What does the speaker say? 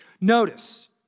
Notice